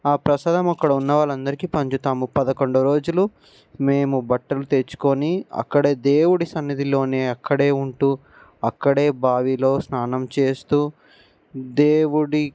ఆ ప్రసాదం అక్కడ ఉన్నవాల్లందరికీ పంచుతాము పదకొండు రోజులు మేము బట్టలు తెచ్చుకొని అక్కడే దేవుడి సన్నిధిలోనే అక్కడే ఉంటూ అక్కడే బావిలో స్నానం చేస్తూ దేవుడి